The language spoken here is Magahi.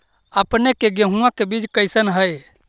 अपने के गेहूं के बीज कैसन है?